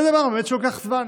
זה דבר שבאמת לוקח זמן.